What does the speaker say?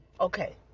Okay